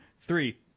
Three